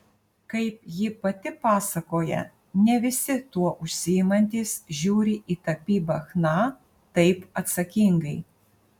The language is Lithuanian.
kaip ji pati pasakoja ne visi tuo užsiimantys žiūri į tapybą chna taip atsakingai